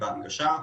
בהנגשה,